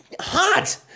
hot